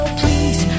please